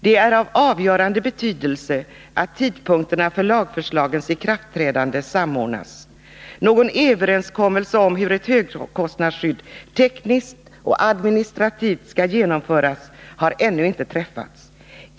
Det är av avgörande betydelse att tidpunkterna för lagförslagens ikratträdande samordnas. Någon överenskommelse om hur ett högkostnadsskydd tekniskt och administrativt skall genomföras har ännu inte träffats.